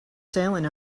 sailing